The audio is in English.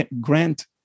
grant